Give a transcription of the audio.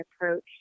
approach